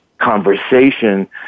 conversation